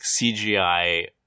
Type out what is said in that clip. CGI